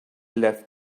left